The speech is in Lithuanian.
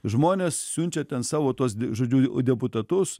žmonės siunčia ten savo tuos žodžiu deputatus